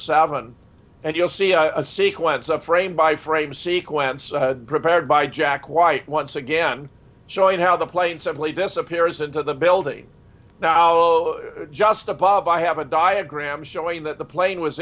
seven and you'll see a sequence of frame by frame sequence prepared by jack white once again showing how the plane suddenly disappears into the building now just above i have a diagram showing that the plane was